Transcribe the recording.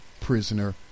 Prisoner